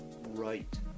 right